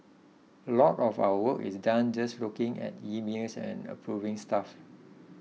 a lot of our work is done just looking at emails and approving stuff